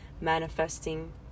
manifesting